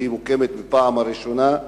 והיא מוקמת בפעם הראשונה,